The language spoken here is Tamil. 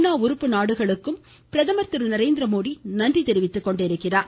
நா உறுப்பு நாடுகளுக்கும் பிரதமர் திரு நரேந்திரமோடி நன்றி தெரிவித்துக்கொண்டுள்ளார்